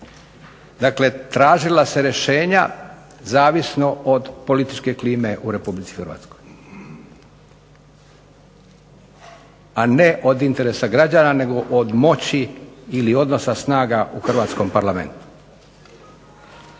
dakle tražila se rješenja zavisno od političke klime u Republici Hrvatskoj, a ne od interesa građana, nego od moći ili odnosa snaga u hrvatskom Parlamentu.